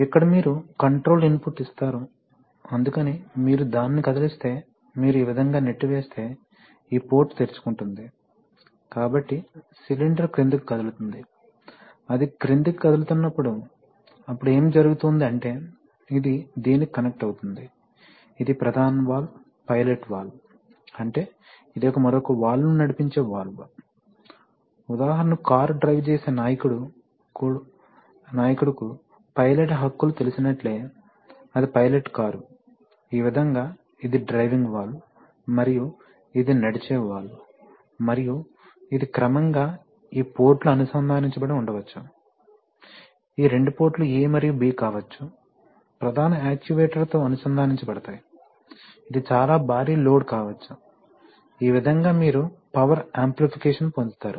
ఇక్కడ మీరు control input ఇస్తారు అందుకని మీరు దానిని కదిలిస్తే మీరు ఈ విధంగా నెట్టివేస్తే ఈ పోర్ట్ తెరుచుకుంటుంది కాబట్టి సిలిండర్ క్రిందికి కదులుతుంది అది క్రిందికి కదులుతున్నప్పుడు అప్పుడు ఏమి జరగబోతోంది అంటే ఇది దీనికి కనెక్ట్ అవుతుంది ఇది ప్రధాన వాల్వ్ పైలట్ వాల్వ్ అంటే ఇది మరొక వాల్వ్ను నడిపించే వాల్వ్ ఉదాహరణకు కారు డ్రైవ్ చేసే నాయకుడు కు పైలట్ హక్కులు తెలిసినట్లే అది పైలట్ కారు ఈ విధంగా ఇది డ్రైవింగ్ వాల్వ్ మరియు ఇది నడిచే వాల్వ్ మరియు ఇది క్రమంగా ఈ పోర్టులు అనుసంధానించబడి ఉండవచ్చు ఈ రెండు పోర్టులు A మరియు B కావచ్చు ప్రధాన యాక్యుయేటర్తో అనుసంధానించబడతాయి ఇది చాలా భారీ లోడ్ కావచ్చు ఈ విధంగా మీరు పవర్ ఆమ్ప్లిఫికేషన్ పొందుతారు